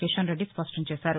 కిషన్రెడ్డి స్పష్టం చేశారు